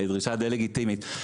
דרישה די לגיטימית.